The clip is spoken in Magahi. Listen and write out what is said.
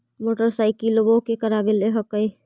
मोटरसाइकिलवो के करावे ल हेकै?